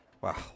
Wow